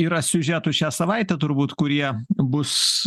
yra siužetų šią savaitę turbūt kurie bus